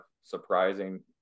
surprising